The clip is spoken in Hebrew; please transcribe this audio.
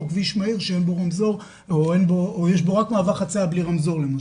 כביש מהיר שאין בו רמזור או יש בו רק מעבר חציה בלי רמזור למשל,